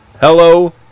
Hello